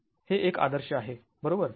हे एक आदर्श आहे बरोबर